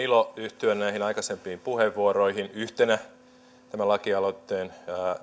ilo yhtyä näihin aikaisempiin puheenvuoroihin yhtenä tämän lakialoitteen